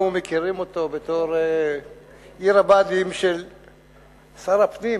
מכירים אותו בתור עיר הבה"דים שר הפנים,